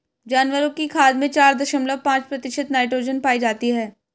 जानवरों की खाद में चार दशमलव पांच प्रतिशत नाइट्रोजन पाई जाती है